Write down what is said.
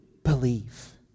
Believe